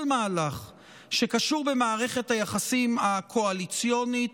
כל מהלך שקשור במערכת היחסים הקואליציונית,